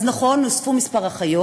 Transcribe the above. אז נכון, הוספו כמה אחיות,